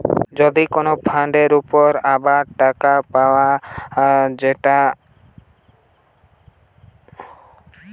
যদি কোন ফান্ডের উপর আবার টাকা পায় যেটা অবসোলুট